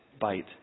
bite